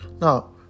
now